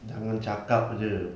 jangan cakap saja